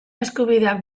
eskubideak